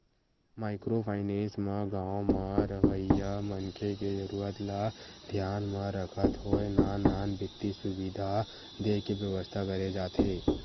micro finance म गाँव म रहवइया मनखे के जरुरत ल धियान म रखत होय नान नान बित्तीय सुबिधा देय के बेवस्था करे जाथे